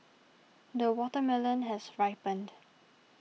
the watermelon has ripened